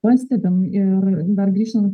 pastebim ir dar grįžtant